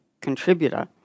contributor